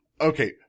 Okay